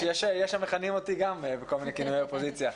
יש המכנים אותי גם בכל מיני כינויי אופוזיציה.